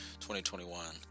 2021